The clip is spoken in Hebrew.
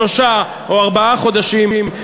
שלושה או ארבעה חודשים,